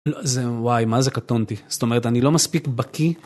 זה וואי, מה זה קטונתי? זאת אומרת, אני לא מספיק בקיא